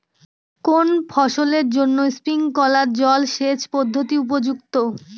কোন ফসলের জন্য স্প্রিংকলার জলসেচ পদ্ধতি উপযুক্ত?